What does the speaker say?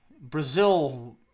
Brazil